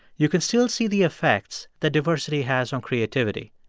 you can still see the effects that diversity has on creativity.